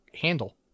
handle